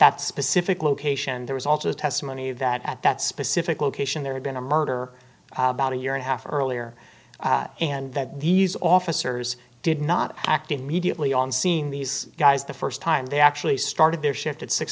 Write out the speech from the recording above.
that specific location there was also testimony that at that specific location there had been a murder about a year and a half earlier and that these officers did not act immediately on seeing these guys the first time they actually started their shift at six